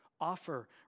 Offer